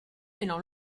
mêlant